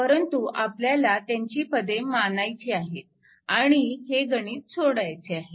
परंतु आपल्याला त्यांची पदे मानायची आहेत आणि हे गणित सोडवायचे आहे